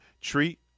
treat